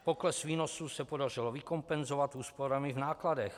Pokles výnosů se podařilo vykompenzovat úsporami v nákladech.